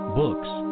books